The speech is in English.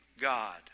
God